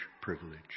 privilege